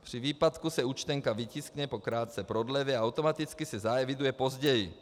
Při výpadku se účtenka vytiskne po krátké prodlevě a automaticky se zaeviduje později.